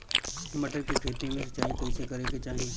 मटर के खेती मे सिचाई कइसे करे के चाही?